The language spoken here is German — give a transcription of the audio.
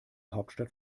hauptstadt